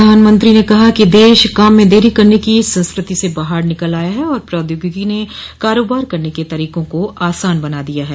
प्रधानमंत्री ने कहा कि देश काम में देरी करने की संस्कृति से बाहर निकल आया है और प्रौद्योगिकी ने कारोबार करने के तरीकों को आसान बना दिया है